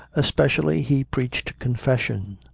especially he preached confession,